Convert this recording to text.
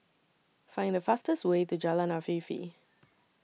Find The fastest Way to Jalan Afifi